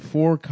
Four